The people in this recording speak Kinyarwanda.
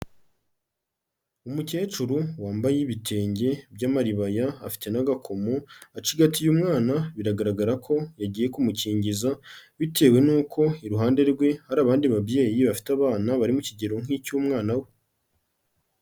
Umukecuru wambaye ibitenge by'amaribanya, afite n'agakomo, agacigatiye umwana biragaragara ko yagiye kumukingiza, bitewe n'uko iruhande rwe hari abandi babyeyi bafite abana bari mu kigero nk'icy'umwana we.